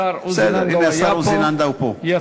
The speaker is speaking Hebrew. השר עוזי לנדאו היה פה, בסדר, הנה השר לנדאו פה.